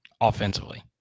Offensively